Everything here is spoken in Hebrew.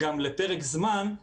אלא לפרק זמן,